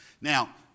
Now